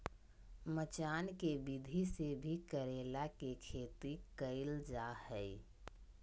मचान के विधि से भी करेला के खेती कैल जा हय